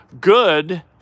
Good